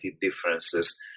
differences